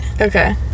Okay